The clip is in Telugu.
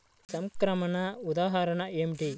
సంక్రమణ ఉదాహరణ ఏమిటి?